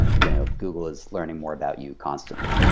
you know google is learning more about you constantly.